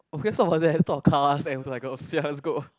okay let's talk about that let's talk about cars and like a C_S go